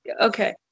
okay